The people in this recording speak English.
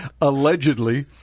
allegedly